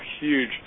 huge